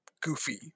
goofy